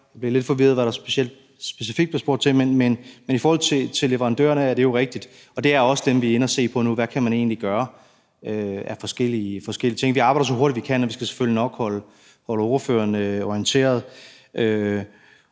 jeg blev lidt forvirret over, hvad der specifikt blev spurgt til – men i forhold til leverandørerne er det jo rigtigt. Og det er også dem, vi er inde at se på nu, i forhold til hvad man egentlig kan gøre af forskellige ting. Vi arbejder så hurtigt, vi kan, og vi skal selvfølgelig nok holde ordførerne orienteret.